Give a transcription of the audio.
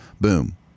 Boom